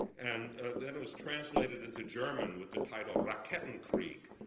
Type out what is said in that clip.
and then it was translated into german with the title rakete and krieg.